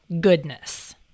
goodness